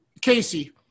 Casey